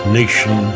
nation